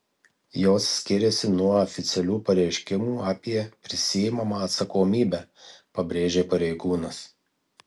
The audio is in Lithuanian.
jos skiriasi nuo oficialių pareiškimų apie prisiimamą atsakomybę pabrėžė pareigūnas